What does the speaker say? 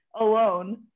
alone